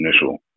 initial